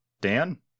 Dan